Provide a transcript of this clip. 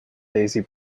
daisy